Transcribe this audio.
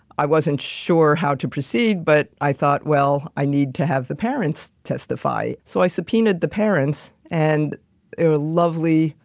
i wasn't sure how to proceed. but i thought, well, i need to have the parents testify. so, i subpoenaed the parents and it was lovely,